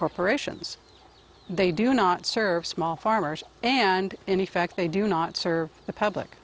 corporations they do not serve small farmers and in fact they do not serve the public